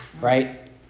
right